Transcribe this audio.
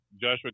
Joshua